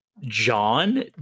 John